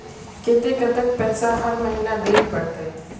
केते कतेक पैसा हर महीना देल पड़ते?